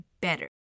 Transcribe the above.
better